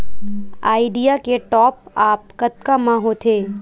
Idea के top आप कतका म होथे?